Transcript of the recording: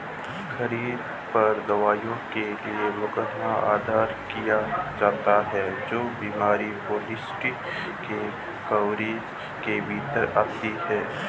खरीदार पर दावों के लिए मुकदमा दायर किया जाता है जो बीमा पॉलिसी के कवरेज के भीतर आते हैं